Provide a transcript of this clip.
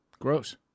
Gross